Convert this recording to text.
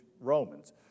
Romans